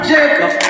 Jacob